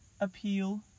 appeal